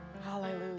Hallelujah